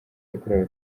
yakorewe